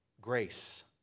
grace